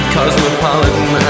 Cosmopolitan